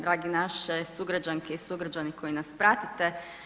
Drage naše sugrađanke i sugrađani koji nas pratite.